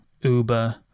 Uber